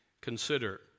Consider